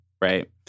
right